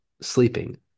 sleeping